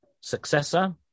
successor